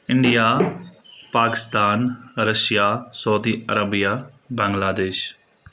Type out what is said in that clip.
India Pakistan Russia Saudi Arabia Bangladesh